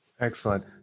Excellent